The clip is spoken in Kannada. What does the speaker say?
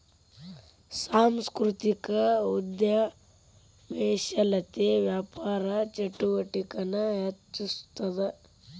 ಸಾಂಸ್ಕೃತಿಕ ಉದ್ಯಮಶೇಲತೆ ವ್ಯಾಪಾರ ಚಟುವಟಿಕೆನ ಹೆಚ್ಚಿಸ್ತದ